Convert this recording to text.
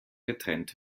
getrennt